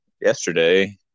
yesterday